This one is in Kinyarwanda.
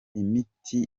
imiti